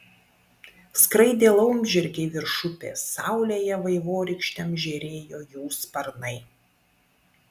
skraidė laumžirgiai virš upės saulėje vaivorykštėm žėrėjo jų sparnai